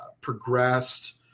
progressed